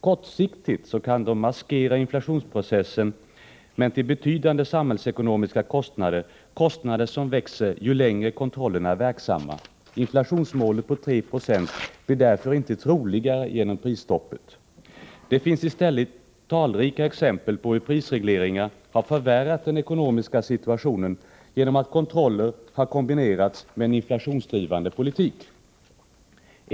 Kortsiktigt kan de maskera inflationsprocessen, men då till betydande samhällsekonomiska kostnader, kostnader som växer ju längre kontrollerna är verksamma. Inflationsmålet på 3 26 blir därför inte mer realistiskt genom prisstoppet. Det finns i stället talrika exempel på hur prisregleringar har förvärrat den ekonomiska situationen genom att kontroller har kombinerats med en inflationsdrivande politik.